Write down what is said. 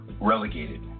relegated